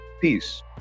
peace